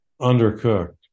undercooked